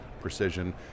precision